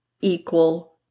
equal